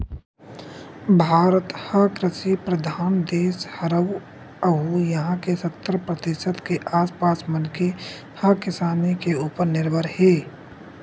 भारत ह कृषि परधान देस हरय अउ इहां के सत्तर परतिसत के आसपास मनखे ह किसानी के उप्पर निरभर हे